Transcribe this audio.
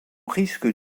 risque